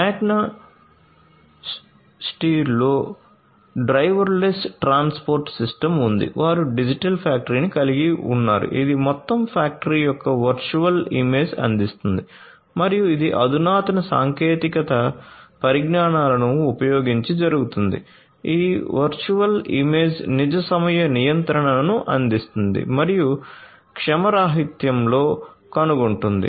మాగ్నా స్టీర్లో driverless transport system ఉంది వారు డిజిటల్ ఫ్యాక్టరీని కలిగి ఉన్నారు ఇది మొత్తం ఫ్యాక్టరీ యొక్క వర్చువల్ ఇమేజ్ను అందిస్తుంది మరియు ఇది అధునాతన సాంకేతిక పరిజ్ఞానాలను ఉపయోగించి జరుగుతుంది ఈ వర్చువల్ ఇమేజ్ నిజ సమయ నియంత్రణను అందిస్తుంది మరియు క్రమరాహిత్యంలో కనుగొంటుంది